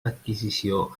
adquisició